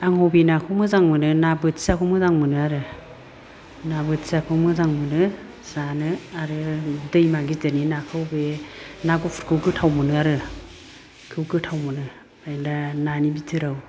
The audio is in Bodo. आं अबे नाखौ मोजां मोनो ना बोथियाखौ मोजां मोनो आरो ना बोथियाखौ मोजां मोनो जानो आरो दैमा गिदिरनि नाखौ बे ना गुफुरखौ गोथाव मोनो आरो गोथाव मोनो ओमफ्राय दा नानि बिथोराव